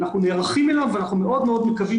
אנחנו נערכים אליו, אבל אנחנו מאוד מאוד מקווים